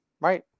Right